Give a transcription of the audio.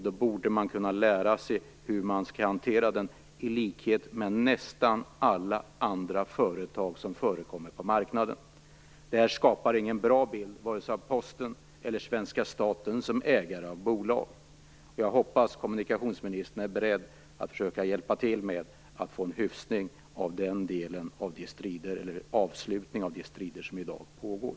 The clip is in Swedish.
Då borde man kunna lära sig hur man skall hantera detta i likhet med nästan alla andra företag som förekommer på marknaden. Det här skapar ingen bra bild, vare sig av Posten eller av svenska staten som ägare av bolag. Jag hoppas att kommunikationsministern är beredd att försöka hjälpa till med att få en hyfsning eller en avslutning av de strider som i dag pågår.